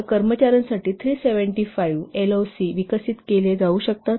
तर कर्मचार्यांसाठी 375 एलओसी विकसित केले जाऊ शकतात